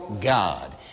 God